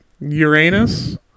Uranus